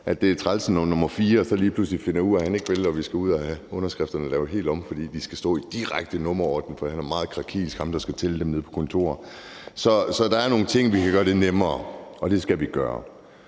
Det er træls, når nummer fire lige pludselig finder ud af, at han ikke vil, og vi skal ud og have underskrifterne lavet helt om, fordi de skal stå i direkte nummerorden, fordi ham, der skal tælle dem nede på kontoret, er meget krakilsk. Så der er nogle ting, der kan gøre det nemmere, og det skal vi gøre.